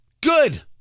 Good